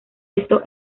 esto